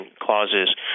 clauses